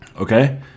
Okay